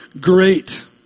great